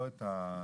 לא את המשרד,